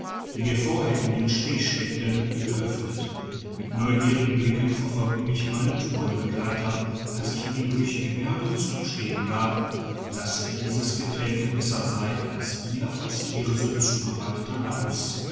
die wir vorher in den schnee steckten geöffnet mit neugierigen blicken verfolgten mich meine treuen begleiter als ich ihnen durch gebärden zu verstehen gab dass dieses getränk besser sei als ihr aus hirse zubereiteter napus